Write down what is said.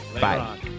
Bye